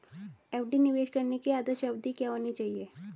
FD निवेश की आदर्श अवधि क्या होनी चाहिए?